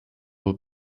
will